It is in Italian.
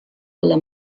alla